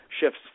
Shifts